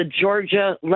Georgia